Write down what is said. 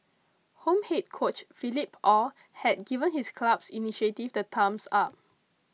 home head coach Philippe Aw has given his club's initiative the thumbs up